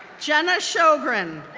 jenna sjogren,